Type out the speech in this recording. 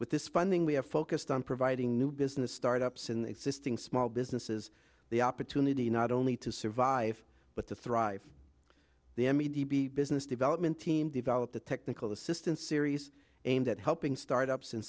with this funding we have focused on providing new business start ups in the existing small businesses the opportunity not only to survive but to thrive the m e b business development team developed a technical assistance series aimed at helping startups and